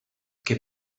che